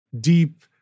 deep